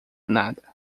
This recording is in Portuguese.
nada